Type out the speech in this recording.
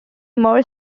more